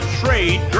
trade